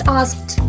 asked